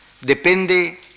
depende